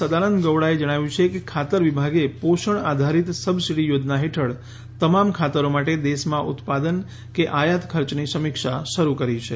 સદાનંદ ગૌડાએ જણાવ્યું છે કે ખાતર વિભાગે વણ આધારિત સબસિડી યાજના હેઠળ તમામ ખાતર માટે દેશમાં ઉતાદન કે આયાત ખર્ચની સમિક્ષા શરૂ કરી છે